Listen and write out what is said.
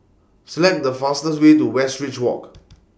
Select The fastest Way to Westridge Walk